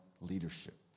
leadership